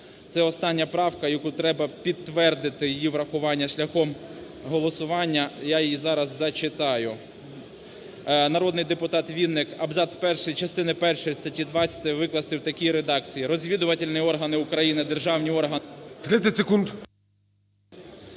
Це остання правка, яку треба підтвердити, її врахування шляхом голосування. Я її зараз зачитаю. Народний депутат Вінник. Абзац перший частини першої статті 20 викласти в такій редакції: "Розвідувальні органи України – державні органи…"